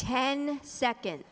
ten seconds